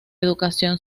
educación